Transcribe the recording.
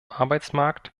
arbeitsmarkt